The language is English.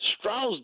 Strauss